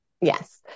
Yes